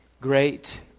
great